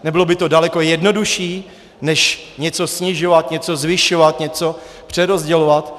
Nebylo by to daleko jednodušší než něco snižovat, něco zvyšovat, něco přerozdělovat?